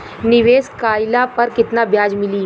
निवेश काइला पर कितना ब्याज मिली?